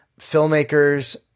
filmmakers